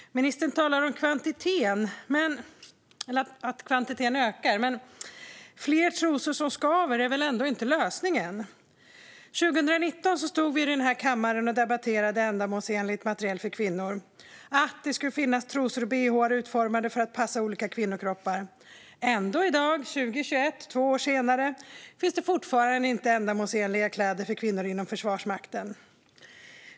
Ministern talar om att kvantiteten ökar, men fler trosor som skaver är väl ändå inte lösningen? År 2019 stod vi här i kammaren och debatterade ändamålsenlig materiel för kvinnor - att det ska finnas trosor och bh:ar utformade för att passa olika kvinnokroppar. Ändå finns det 2021, två år senare, fortfarande inte ändamålsenliga kläder för kvinnor inom Försvarsmakten.